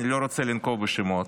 אני לא רוצה לנקוב בשמות,